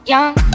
Young